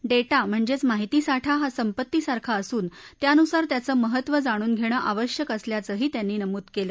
data म्हणजेच माहिती साठा हा संपत्तीसारखा असून त्यानुसार त्याचं महत्व जाणून घेणं आवश्यक असल्याचंही त्यांनी नमूद केलं